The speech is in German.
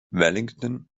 wellington